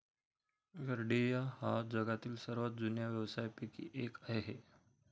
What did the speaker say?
गरेडिया हा जगातील सर्वात जुन्या व्यवसायांपैकी एक आहे